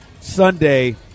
Sunday